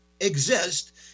exist